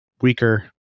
weaker